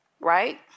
right